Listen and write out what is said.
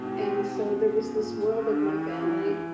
and so there was this world of my family,